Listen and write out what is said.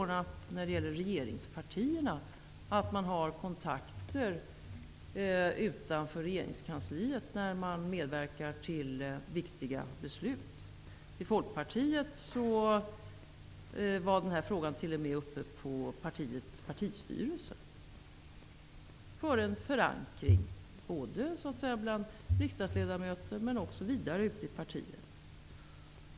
När det gäller regeringspartierna utgår jag ifrån att man har kontakter utanför regeringskansliet när man medverkar till viktiga beslut. I Folkpartiet var den här frågan t.o.m. uppe på partistyrelsens möte för att den skulle förankras både bland riksdagsledamöter och bland vidare kretsar i partiet.